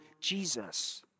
Jesus